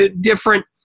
Different